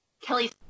Kelly's